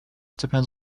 depends